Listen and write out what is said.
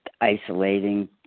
isolating